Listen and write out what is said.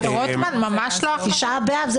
תשעה באב.